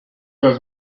pas